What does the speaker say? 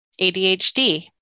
ADHD